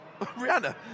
Rihanna